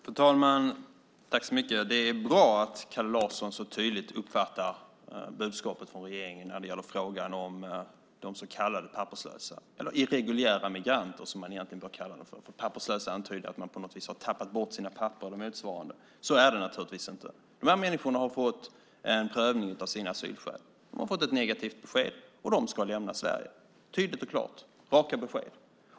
Fru talman! Det är bra att Kalle Larsson så tydligt uppfattar budskapet från regeringen när det gäller frågan om de så kallade papperslösa, eller irreguljära migranter som man egentligen bör kalla dem för. Papperslösa antyder att de på något vis har tappat bort sina papper eller motsvarande. Så är det naturligtvis inte. De människorna har fått en prövning av sina asylskäl. De har fått ett negativt besked, och de ska lämna Sverige. Det är tydligt och klart, raka besked.